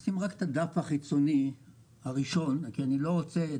נשים רק את הדף החיצוני הראשון של המצגת.